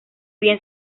bien